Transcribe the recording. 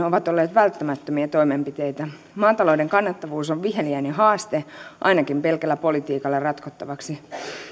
ovat olleet välttämättömiä toimenpiteitä maatalouden kannattavuus on viheliäinen haaste ainakin pelkällä politiikalla ratkottavaksi